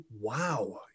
wow